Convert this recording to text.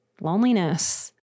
Loneliness